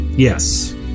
Yes